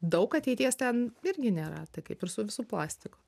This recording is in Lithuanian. daug ateities ten irgi nėra tai kaip ir su visu plastiku